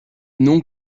nom